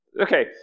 Okay